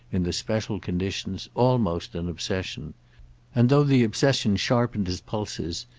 in the special conditions, almost an obsession and though the obsession sharpened his pulses,